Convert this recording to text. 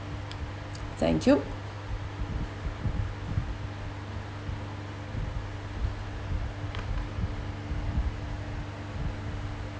thank you